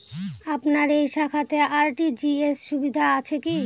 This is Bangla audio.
আপনার এই শাখাতে আর.টি.জি.এস সুবিধা আছে কি?